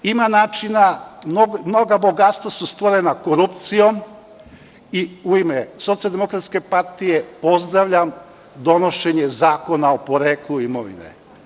Ima načina, mnoga bogatstva su stvorena korupcijom i u ime Socijaldemokratske partije pozdravljam donošenje Zakona o poreklu imovine.